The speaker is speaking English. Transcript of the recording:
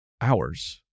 hours